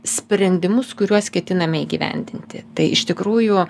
sprendimus kuriuos ketiname įgyvendinti tai iš tikrųjų